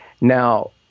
Now